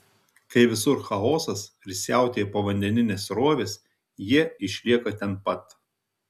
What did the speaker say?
kai visur chaosas ir siautėja povandeninės srovės jie išlieka ten pat